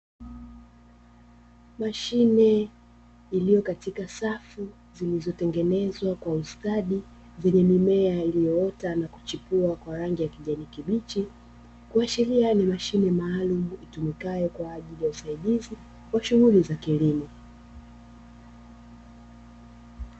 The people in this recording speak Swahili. Mashine iliyo katika safu zilizotengenezwa kwa ustadi, zenye mimea iliyoota na kuchipua kwa rangi ya kijani kibichi. Kuashiria ni mashimo maalumu yatumikayo kwa ajili ya usaidizi wa shughuli za kilimo.